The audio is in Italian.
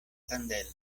candela